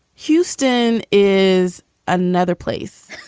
houston is another place.